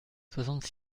soixante